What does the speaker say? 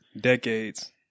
Decades